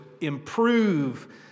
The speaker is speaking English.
improve